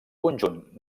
conjunt